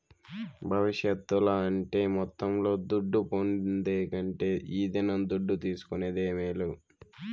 భవిష్యత్తుల అంటే మొత్తంలో దుడ్డు పొందే కంటే ఈ దినం దుడ్డు తీసుకునేదే మేలు